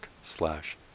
slash